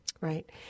Right